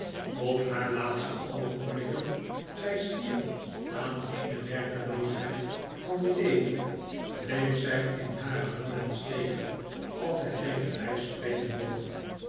tot haar laatste oogenblikken zy stierf aan eene werkeloosheid van de lever bleef zy in hare woorden steken als zy tegen my spreken wilde